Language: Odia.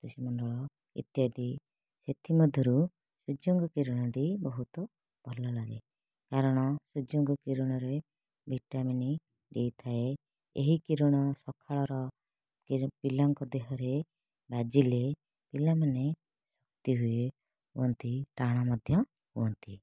ସପ୍ତର୍ଷି ମଣ୍ଡଳ ଇତ୍ୟାଦି ଏଥିମଧ୍ୟରୁ ସୂର୍ଯ୍ୟଙ୍କ କିରଣଟି ବହୁତ ଭଲ ଲାଗେ କାରଣ ସୂର୍ଯ୍ୟଙ୍କ କିରଣରେ ଭିଟାମିନ୍ ଏ ଥାଏ ଏହି କିରଣ ସକାଳର କିର ପିଲାଙ୍କ ଦେହରେ ବାଜିଲେ ପିଲାମାନେ ହୁଏ ହୁଅନ୍ତି ଟାଣ ମଧ୍ୟ ହୁଅନ୍ତି